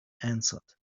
answered